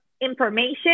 information